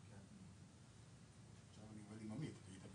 וגם לא הייתה יועצת משפטית שעצרה שום